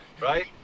right